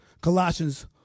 Colossians